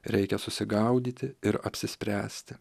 reikia susigaudyti ir apsispręsti